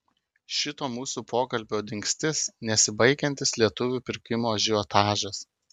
šito mūsų pokalbio dingstis nesibaigiantis lietuvių pirkimo ažiotažas